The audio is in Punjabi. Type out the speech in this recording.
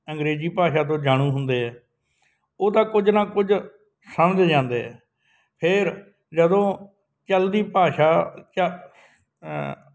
ਅੰਗਰੇਜ਼ੀ ਭਾਸ਼ਾ ਤੋਂ ਜਾਣੂ ਹੁੰਦੇ ਉਹਦਾ ਕੁਝ ਨਾ ਕੁਝ ਸਮਝ ਜਾਂਦੇ ਫਿਰ ਜਦੋਂ ਚਲਦੀ ਭਾਸ਼ਾ ਚਾ